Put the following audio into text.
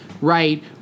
right